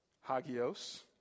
Hagios